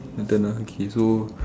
my turn ah okay so